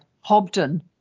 Hobden